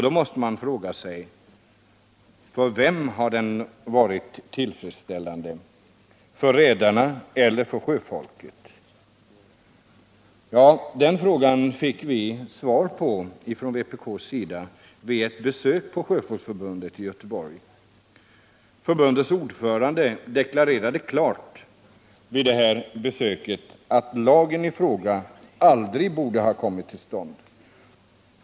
Då måste man fråga sig: För vem har den varit tillfredsställande? För redarna eller för sjöfolket? Den frågan fick vi inom vpk svar på vid ett besök på Sjöfolksförbundet i Göteborg. Förbundets ordförande deklarerade klart vid detta besök att lagen i fråga aldrig borde ha kommit till.